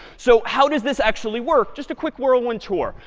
so how does this actually work? just a quick whirlwind tour,